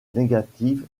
négative